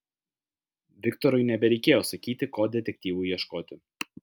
viktorui nebereikėjo sakyti ko detektyvui ieškoti